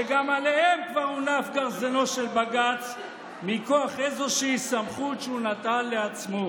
שגם עליהם הונף גרזינו של בג"ץ מכוח איזושהי סמכות שהוא נטל לעצמו.